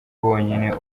bonyine